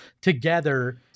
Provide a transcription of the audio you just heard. together